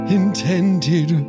intended